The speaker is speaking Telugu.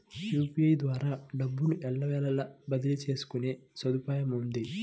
యూపీఐ ద్వారా డబ్బును ఎల్లవేళలా బదిలీ చేసుకునే సదుపాయముంది